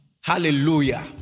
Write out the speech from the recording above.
Hallelujah